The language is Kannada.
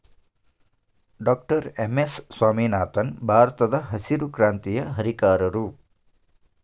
ಡಾಕ್ಟರ್ ಎಂ.ಎಸ್ ಸ್ವಾಮಿನಾಥನ್ ಭಾರತದಹಸಿರು ಕ್ರಾಂತಿಯ ಹರಿಕಾರರು